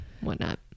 whatnot